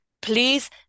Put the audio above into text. Please